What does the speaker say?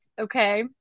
Okay